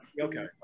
Okay